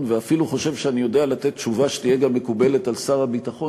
ואפילו חושב שאני יודע לתת תשובה שתהיה גם מקובלת על שר הביטחון.